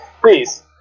Please